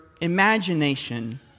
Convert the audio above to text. imagination